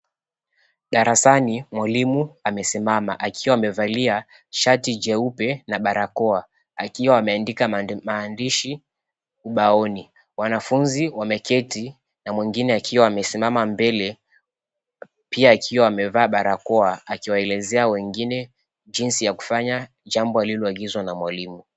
Darasani mwalimu amesimama akiwa amevalia shati jeupe na barakoa, akiwa ameandika maandishi ubaoni. Wanafunzi wameketi na mwingine akiwa amesimama mbele pia akiwa amevaa barakoa akiwaelezea wengine jinsi ya kufanya jambo aliloagizwa na mwalimu.